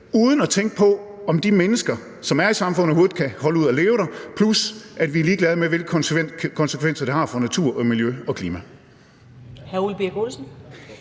uden at tænke på, om de mennesker, som er i samfundet, overhovedet kan holde ud at leve der, plus at vi er ligeglade med, hvilke konsekvenser det har for natur og miljø og klima.